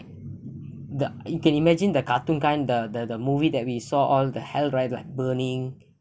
the you can imagine the cartoon kind the the movie that we saw all the hell right like burning